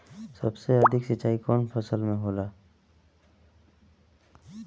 सबसे अधिक सिंचाई कवन फसल में होला?